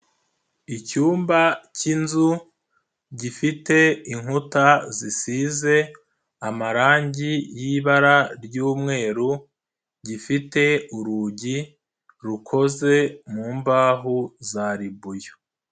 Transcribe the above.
Icyumba k'inzu, gifite inkuta zisize amarangi ybara ry'umweru, gifite urugi rukoze mu mbaho za ribuyu.